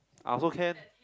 also can